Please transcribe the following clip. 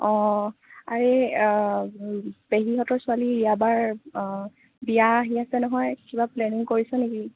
অঁ আৰে এই পেহীহঁতৰ ছোৱালী ইৰা বাৰ বিয়া আহি আছে নহয় কিবা প্লেনিং কৰিছ নেকি